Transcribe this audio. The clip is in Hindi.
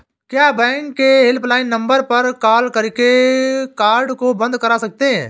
क्या बैंक के हेल्पलाइन नंबर पर कॉल करके कार्ड को बंद करा सकते हैं?